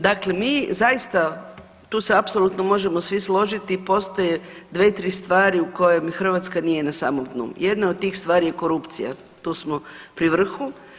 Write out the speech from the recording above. Dakle, mi zaista tu se apsolutno možemo svi složiti postoje dve, tri stvari u kojem Hrvatska nije na samom dnu, jedna od tih stvari je korupcija, tu smo pri vrhu.